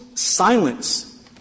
Silence